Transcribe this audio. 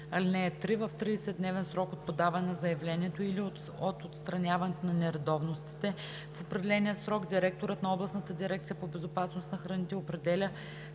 дни. (3) В 30-дневен срок от подаване на заявлението или от отстраняване на нередовностите в определения срок директорът на областната дирекция по безопасност на храните определя